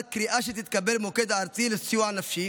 קריאה שתתקבל במוקד הארצי לסיוע נפשי